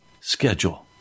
schedule